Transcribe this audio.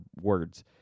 words